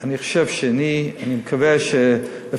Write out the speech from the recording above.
אני מקווה שאני,